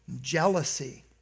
jealousy